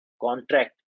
contract